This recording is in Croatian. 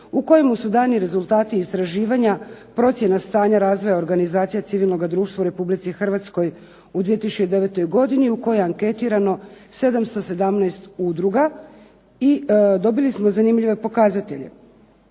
u kojemu su dani rezultati istraživanja, procjena stanja razvoja Organizacije civilnog društva u Republici Hrvatskoj u 2009. godini u kojoj je anketirano 717 udruga i dobili smo zanimljive pokazatelje.